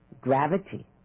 gravity